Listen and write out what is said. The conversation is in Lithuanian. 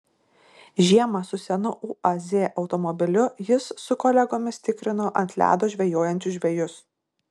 žiemą su senu uaz automobiliu jis su kolegomis tikrino ant ledo žvejojančius žvejus